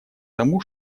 тому